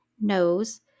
knows